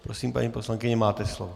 Prosím, paní poslankyně, máte slovo.